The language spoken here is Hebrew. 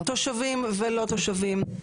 לפי תושבים ולא תושבים.